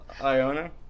Iona